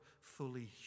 fully